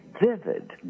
vivid